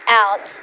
out